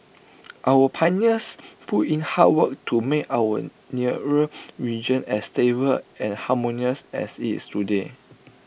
our pioneers put in hard work to make our nearer region as stable and harmonious as IT is today